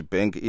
Bank